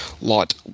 light